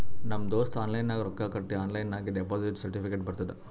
ನಮ್ ದೋಸ್ತ ಆನ್ಲೈನ್ ನಾಗ್ ರೊಕ್ಕಾ ಕಟ್ಟಿ ಆನ್ಲೈನ್ ನಾಗೆ ಡೆಪೋಸಿಟ್ ಸರ್ಟಿಫಿಕೇಟ್ ಬರ್ತುದ್